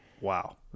Wow